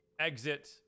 exit